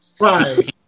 Right